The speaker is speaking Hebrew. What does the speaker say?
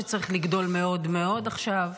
שצריך לגדול מאוד מאוד עכשיו,